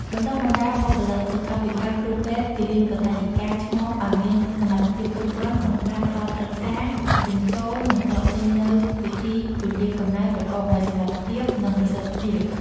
បណ្ដុះបណ្ដាលបុគ្គលិកសុខាភិបាល គ្រូពេទ្យ គិលានុបដ្ឋាយិកា ឆ្មប ឱ្យមានសមត្ថភាពគ្រប់គ្រាន់ក្នុងការផ្ដល់ប្រឹក្សា ដាក់បញ្ចូល និងដកចេញនូវវិធីពន្យារកំណើតប្រកបដោយសុវត្ថិភាព និងប្រសិទ្ធភាព ។